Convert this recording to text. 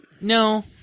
No